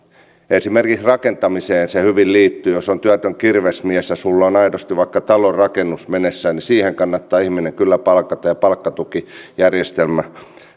esimerkiksi rakentamiseen ja jos on työtön kirvesmies ja sinulla on aidosti vaikka talonrakennus menossa niin siihen kannattaa ihminen kyllä palkata ja palkkatukijärjestelmä